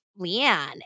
Leanne